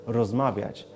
rozmawiać